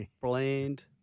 Bland